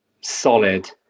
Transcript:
solid